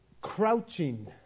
crouching